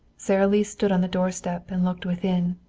sara lee stood on the doorstep and looked within.